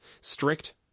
Strict